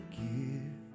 give